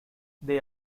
they